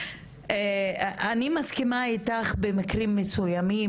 אני מסכימה איתך במקרים מסוימים,